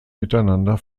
miteinander